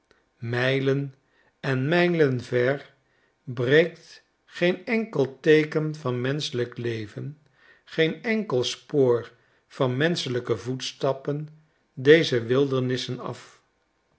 mylen en mijlen ver breekt geen enkel teeken van menschelijk leven geen enkel spoor van menschelijke voetstapppen deze wildernissen af